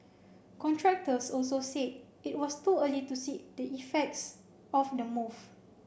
contractors also said it was too early to see the effects of the move